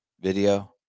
video